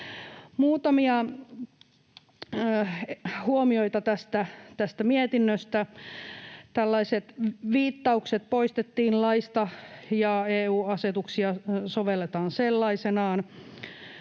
Muutamia huomioita tästä mietinnöstä: Viittaukset poistettiin laista, ja EU-asetuksia sovelletaan sellaisenaan.